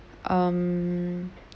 um